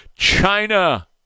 China